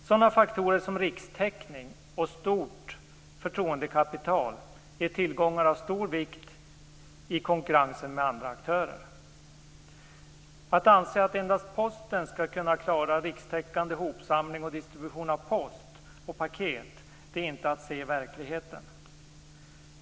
Sådana faktorer som rikstäckning och stort förtroendekapital är tillgångar av stor vikt i konkurrensen med andra aktörer. Att anse att endast Posten skall kunna klara rikstäckande hopsamling och distribution av post och paket är att inte se verkligheten.